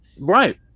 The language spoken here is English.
right